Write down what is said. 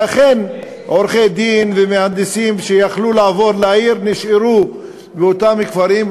שאכן עורכי-דין ומהנדסים שיכלו לעבור לעיר נשארו באותם כפרים,